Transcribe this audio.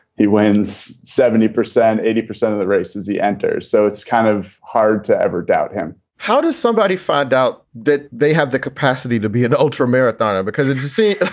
he wins seventy percent, eighty percent of the races he enters. so it's kind of hard to ever doubt him how does somebody find out that they have the capacity to be an ultra marathoner? because if you see,